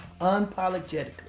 Unapologetically